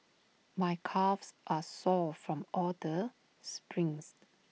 my calves are sore from all the sprints